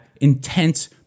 intense